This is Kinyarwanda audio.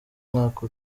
mwaka